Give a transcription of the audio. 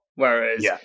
Whereas